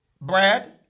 Brad